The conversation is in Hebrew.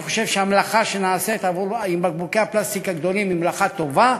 אני חושב שהמלאכה שנעשית עם בקבוקי הפלסטיק הגדולים היא מלאכה טובה.